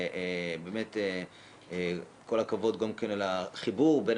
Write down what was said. באמת כל הכבוד גם על החיבור בין